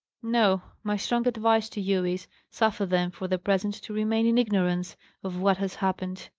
no my strong advice to you is suffer them for the present to remain in ignorance of what has happened.